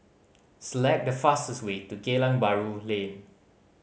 select the fastest way to Geylang Bahru Lane